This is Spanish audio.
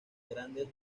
grandes